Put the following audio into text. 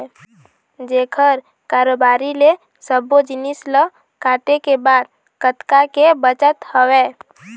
जेखर कारोबारी ले सब्बो जिनिस ल काटे के बाद कतका के बचत हवय